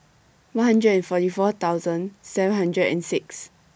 one hundred forty four thousand seven hundred and six